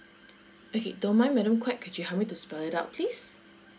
okay don't mind madam quak could you help me to spell it out please